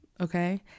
okay